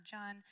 John